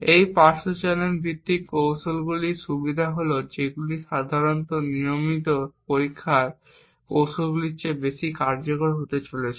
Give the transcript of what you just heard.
এই পার্শ্ব চ্যানেল ভিত্তিক কৌশলগুলির সুবিধা হল যেগুলি সাধারণত নিয়মিত পরীক্ষার কৌশলগুলির চেয়ে বেশি কার্যকর হতে চলেছে